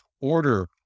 order